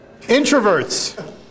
Introverts